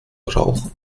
brauchen